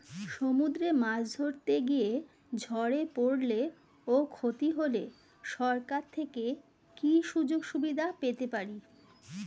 সমুদ্রে মাছ ধরতে গিয়ে ঝড়ে পরলে ও ক্ষতি হলে সরকার থেকে কি সুযোগ সুবিধা পেতে পারি?